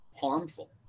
harmful